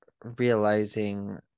realizing